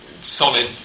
solid